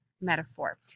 metaphor